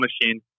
machine